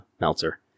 Meltzer